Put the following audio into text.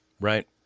Right